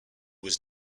was